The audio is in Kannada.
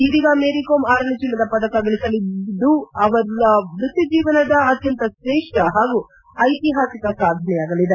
ಇದೀಗ ಮೇರಿ ಕೋಮ್ ಆರನೇ ಚಿನ್ನದ ಪದಕ ಗಳಿಸಿದ್ದು ಅವರ ವ್ಯಕ್ತಿಜೀವನದ ಅತ್ಯಂತ ಶ್ರೇಷ್ಠ ಹಾಗೂ ಐತಿಹಾಸಿಕ ಸಾಧನೆಯಾಗಲಿದೆ